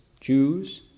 Jews